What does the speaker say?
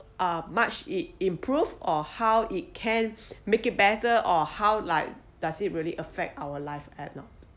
uh much it improved or how it can make it better or how like does it really affect our life that's all